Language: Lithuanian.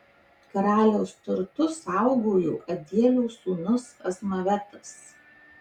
karaliaus turtus saugojo adielio sūnus azmavetas